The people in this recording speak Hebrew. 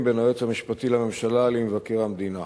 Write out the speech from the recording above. בין היועץ המשפטי לממשלה למבקר המדינה,